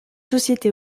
société